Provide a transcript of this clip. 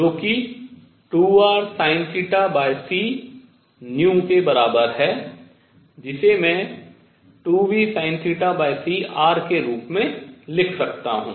जो कि 2rsinθcv के बराबर है जिसे मैं 2vsinθcr के रूप में लिख सकता हूँ